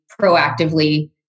proactively